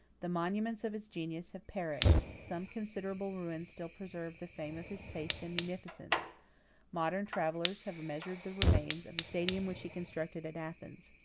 the monuments of his genius have perished some considerable ruins still preserve the fame of his taste and munificence modern travellers have measured the remains of the stadium which he constructed at athens.